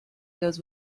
goes